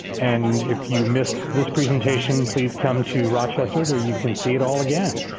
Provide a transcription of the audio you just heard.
and if you missed this presentation, please come to rochester, where you can see it all again.